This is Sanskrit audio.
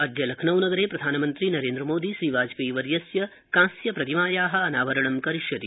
अद्य लखनऊ नगरे प्रधानमंत्री नरेन्द्रमोदी श्री वाजपेयी वर्यस्य कांस्य प्रतिमाया अनावरणं करिष्यति